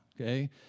Okay